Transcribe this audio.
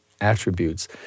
attributes